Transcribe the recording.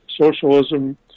socialism